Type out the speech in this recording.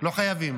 לא חייבים.